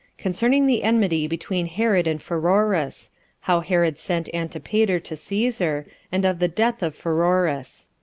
concerning the enmity between herod and pheroras how herod sent antipater to caesar and of the death of pheroras.